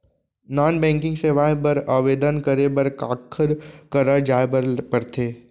non banking सेवाएं बर आवेदन करे बर काखर करा जाए बर परथे